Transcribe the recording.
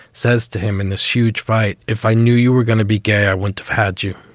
says to him in this huge fight, if i knew you were gonna be gay, i wouldn't have had you.